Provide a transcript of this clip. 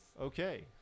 Okay